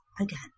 again